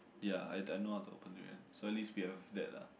ya I I I know how to open already so at least we have that lah